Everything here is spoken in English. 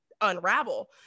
unravel